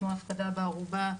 כמו הפקדה בערובה.